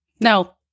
No